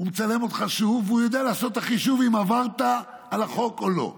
מצלמים אותך שוב ויודעים לעשות את החישוב אם עברת על החוק או לא.